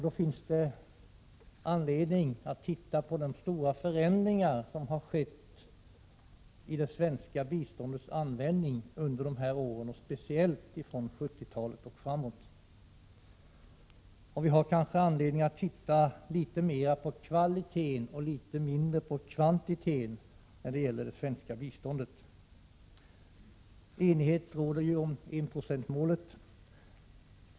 Det finns anledning att studera de stora förändringar som har skett i det svenska biståndets användning under de gångna åren, speciellt från 70-talet och framåt. Vi har kanske anledning att se litet mer till kvaliteten och litet mindre till kvantiteten i det svenska biståndet. Enighet råder ju om enprocentsmålet.